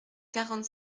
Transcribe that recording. quarante